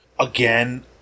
Again